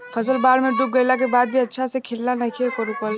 फसल बाढ़ में डूब गइला के बाद भी अच्छा से खिलना नइखे रुकल